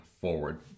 forward